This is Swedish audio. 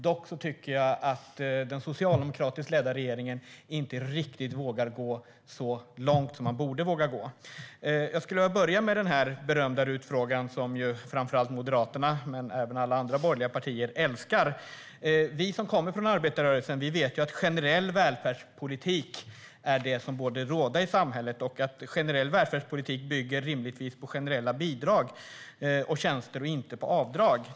Dock tycker jag att den socialdemokratiskt ledda regeringen inte riktigt vågar gå så långt som man borde våga gå. Jag vill börja med den berömda RUT-frågan, som framför allt Moderaterna men även alla andra borgerliga partier älskar. Vi som kommer från arbetarrörelsen vet att generell välfärdspolitik borde råda i samhället. Generell välfärdspolitik bygger rimligtvis på generella bidrag och tjänster, inte på avdrag.